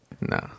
No